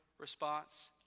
Response